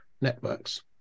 networks